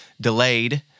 delayed